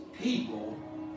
people